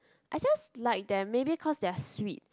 I just like them maybe because they are sweet